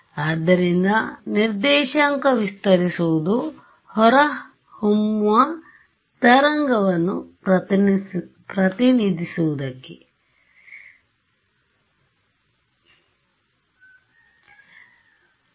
ಆದ್ದರಿಂದ ನಿರ್ದೇಶಾಂಕ ವಿಸ್ತರಿಸುವುದು ಹೊರಹೊಮ್ಮುವ ತರಂಗವನ್ನು ಪ್ರತಿನಿಧಿಸುವುದಕ್ಕೆ ಸಮ